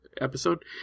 episode